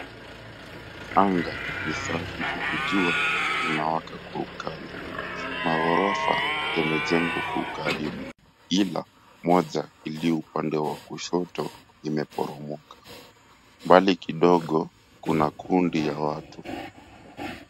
Anga ni safi huku jua inawaka kwa ukali. Maghorofa yamejengwa kwa ukaribu ila moja iliyo upande wa kushoto imeporomoka. Mbali kidogo kuna kundi ya watu.